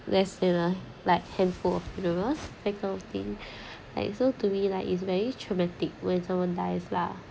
there's you know like handful of rumors that kind of thing like so to me like it's very traumatic when someone dies lah